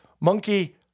monkey